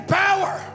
power